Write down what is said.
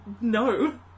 No